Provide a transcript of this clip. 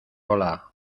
hola